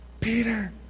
Peter